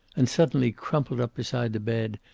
and suddenly crumpled up beside the bed,